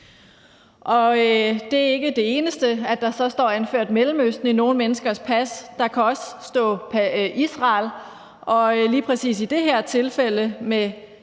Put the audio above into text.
Det er ikke det eneste, at der så står anført Mellemøsten i nogle menneskers pas. Der kan også stå Israel. Der er lige præcis det her tilfælde med